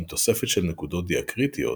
עם תוספת של נקודות דיאקריטיות